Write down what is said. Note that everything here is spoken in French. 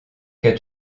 qu’as